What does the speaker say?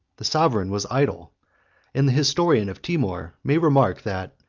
the sovereign was idle and the historian of timour may remark, that,